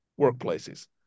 workplaces